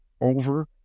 over